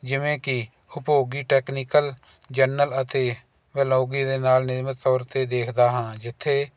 ਜਿਵੇਂ ਕਿ ਉਪੋਗੀ ਟੈਕਨੀਕਲ ਜਰਨਲ ਅਤੇ ਵੈਲੋਗੀ ਦੇ ਨਾਲ ਨਿਯਮਤ ਤੌਰ 'ਤੇ ਦੇਖਦਾ ਹਾਂ ਜਿੱਥੇ